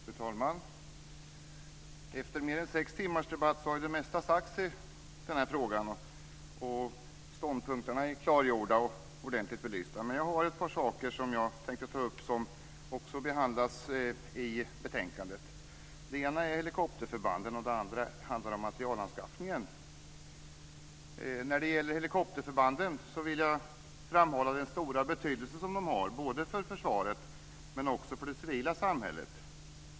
Fru talman! Efter mer än sex timmars debatt har det mesta sagts i den här frågan. Ståndpunkterna är klargjorda och ordentligt belysta. Men jag har ett par saker som jag tänkte ta upp som också behandlas i betänkandet. Den ena är helikopterförbanden och den andra handlar om materielanskaffningen. Jag vill framhålla den stora betydelse som helikopterförbanden har för försvaret och även för det civila samhället.